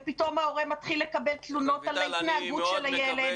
ופתאום ההורה מתחיל לקבל תלונות על ההתנהגות של הילד.